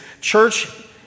church